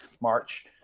March